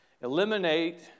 Eliminate